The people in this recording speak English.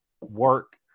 work